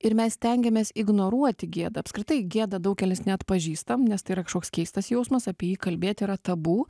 ir mes stengiamės ignoruoti gėdą apskritai gėda daugelis neatpažįstam nes tai yra kažkoks keistas jausmas apie jį kalbėt yra tabu